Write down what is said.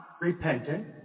repentant